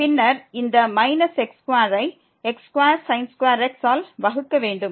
பின்னர் இந்த x2 ஐ x2x ஆல் வகுக்க வேண்டும்